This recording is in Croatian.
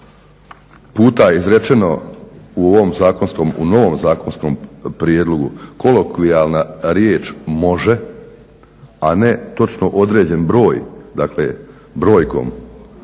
puta izrečeno u novom zakonskom prijedlogu kolokvijalna riječ može, a ne točno određen broj dakle brojkom